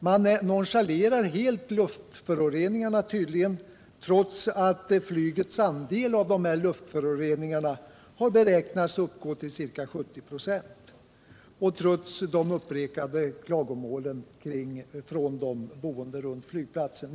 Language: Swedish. Man nonchalerar tydligen helt luftföroreningarna, trots att flygets andel av dessa luftföroreningar har beräknats uppgå till ca 70 96, och trots de upprepade klagomålen från de boende runt flygplatsen.